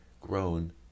Grown